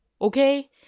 okay